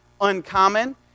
uncommon